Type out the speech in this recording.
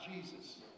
Jesus